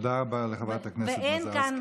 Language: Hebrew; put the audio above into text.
תודה רבה לחברת הכנסת מזרסקי.